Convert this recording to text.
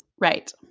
Right